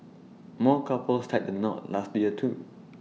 more couples tied the knot last year too